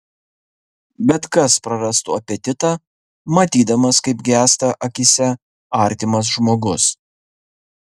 bet kas prarastų apetitą matydamas kaip gęsta akyse artimas žmogus